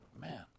man